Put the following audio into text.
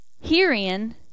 Herein